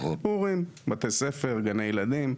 פורים, בתי ספר, גני ילדים.